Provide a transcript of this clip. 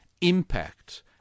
impact